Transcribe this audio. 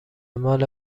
مال